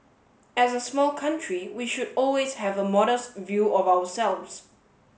as a small country we should always have a modest view of ourselves